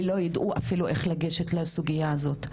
ולא ידעו אפילו איך לגשת לסוגייה הזאת.